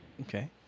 Okay